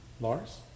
Lars